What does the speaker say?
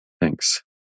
Thanks